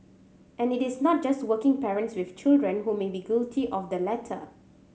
and it is not just working parents with children who may be guilty of the latter